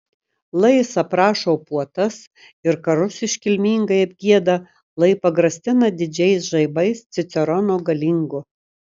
lai jis aprašo puotas ir karus iškilmingai apgieda lai pagrasina didžiais žaibais cicerono galingo